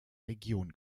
region